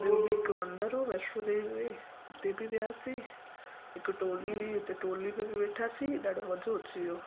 ॿियों बि हिकु मंदरु हुओ वैष्णो देवी में उते बि वियासीं हिकु टोली हुई उते टोली में बि वेठासीं ॾाढो मज़ो अची वियो